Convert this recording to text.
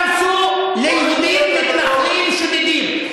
כדי שלא יהרסו, ליהודים מתנחלים שודדים.